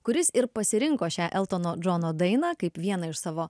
kuris ir pasirinko šią eltono džono dainą kaip vieną iš savo